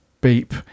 beep